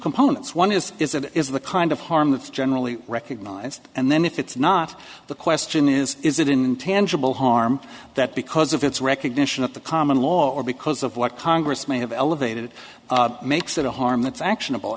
components one is is that is the kind of harm that's generally recognized and then if it's not the question is is it intangible harm that because of its recognition of the common law or because of what congress may have elevated it makes it a harm that's action